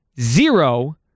zero